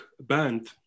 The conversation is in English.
band